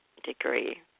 degree